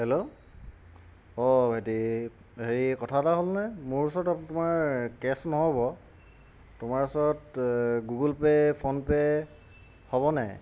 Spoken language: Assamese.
হেল্ল' অঁ ভাইটি হেৰি কথা এটা হ'লনে মোৰ ওচৰত তোমাৰ কেছ নহ'ব তোমাৰ ওচৰত গুগল পে' ফোনপে' হ'বনে